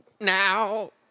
Now